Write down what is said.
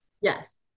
Yes